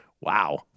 Wow